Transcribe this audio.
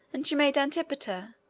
and she made antipater,